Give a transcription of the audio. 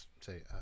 say